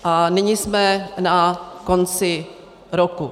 A nyní jsme na konci roku.